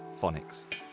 phonics